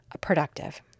productive